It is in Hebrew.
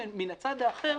ומן הצד האחר,